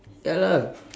ya lah